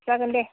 जागोन दे